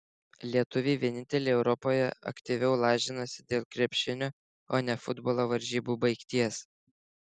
lietuviai vieninteliai europoje aktyviau lažinasi dėl krepšinio o ne futbolo varžybų baigties